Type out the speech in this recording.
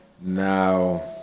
Now